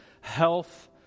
health